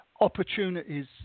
opportunities